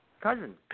cousin